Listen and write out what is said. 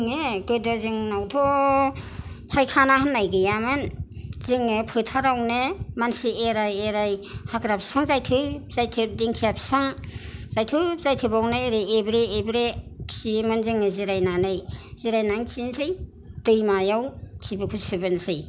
जोङो गोदो जोंनावथ' फायखाना होननाय गैयामोन जोङो फोथारावनो मानसि एराय एराय हाग्रा फिसा जायथोब जायथोब दिंखिया फिसा जायथुब जायथुबावनो ओरै एब्रे एब्रे खियोमोन जोङो जिरायनानै जिरायनानै खिनसै दैमायाव खिबुखौ सुबोनसै